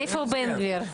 איפה בן גביר?